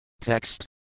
Text